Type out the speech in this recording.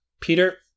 Peter